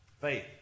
Faith